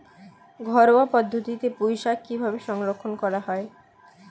ঘরোয়া পদ্ধতিতে পুই শাক কিভাবে সংরক্ষণ করা হয়?